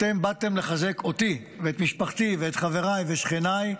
אתם באתם לחזק אותי ואת משפחתי ואת חבריי ושכניי,